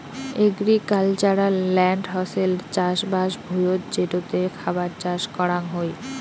agricultural land হসে চাষবাস ভুঁইয়ত যেটোতে খাবার চাষ করাং হই